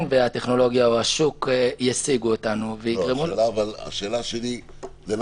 שהטכנולוגיה או השוק ישיגו אותנו ויגרמו לו --- זה נכון,